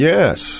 Yes